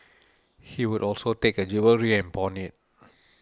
he would also take her jewellery and pawn it